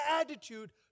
attitude